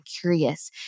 curious